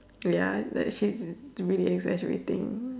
ya it's like she's really exaggerating